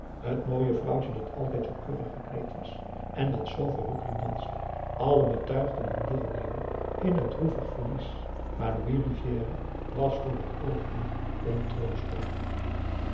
t mooie vrouwtje dat altijd zoo keurig gekleed was en dat zoo verrukkelijk danste allen betuigden hun deelneming in t droevig verlies maar louis rivière was voor het oogenblik